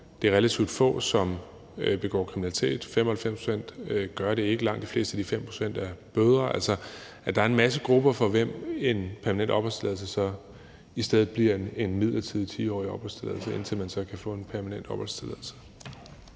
det er relativt få, som begår kriminalitet. 95 pct. gør det ikke. Langt de fleste af de 5 pct. er bøder. Der er en masse grupper, for hvem en permanent opholdstilladelse i stedet bliver en midlertidig 10-årsopholdstilladelse, indtil man så kan få en permanent opholdstilladelse.